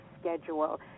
schedule